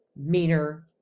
meaner